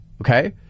okay